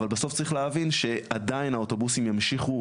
אבל בסוף צריך להבין שעדיין האוטובוסים ימשיכו